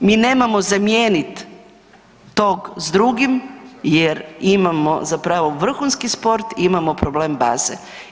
Mi nemamo zamijeniti tog s drugim jer imamo zapravo vrhunski sport, imam problem baze.